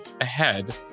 ahead